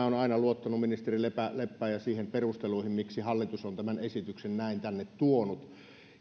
olen aina luottanut ministeri leppään ja niihin perusteluihin miksi hallitus on tämän esityksen näin tänne tuonut